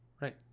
Right